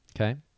okay